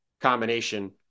combination